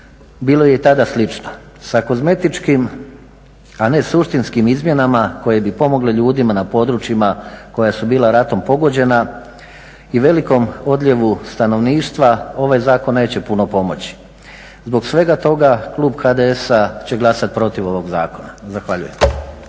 bilo je i tada slično. Sa kozmetičkim, a ne suštinskim izmjenama koje bi pomogle ljudima na područjima koja su bila ratom pogođena i velikom odljevu stanovništva ovaj zakon neće puno pomoći. Zbog svega toga klub HDZ-a će glasati protiv ovog zakona. Zahvaljujem.